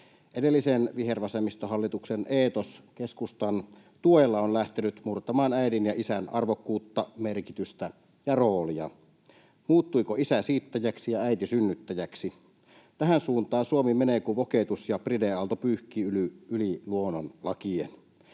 Edellisen vihervasemmistohallituksen eetos keskustan tuella on lähtenyt murtamaan äidin ja isän arvokkuutta, merkitystä ja roolia. Muuttuiko isä siittäjäksi ja äiti synnyttäjäksi? Tähän suuntaan Suomi menee, kun woketus- ja pride-aalto pyyhkii yli luonnonlakien.